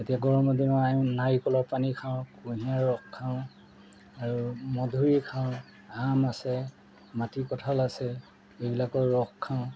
এতিয়া গৰমৰ দিনৰ নাৰিকলৰ পানী খাওঁ কুঁহিয়াৰ ৰস খাওঁ আৰু মধুৰি খাওঁ আম আছে মাটি কঁঠাল আছে এইবিলাকৰ ৰস খাওঁ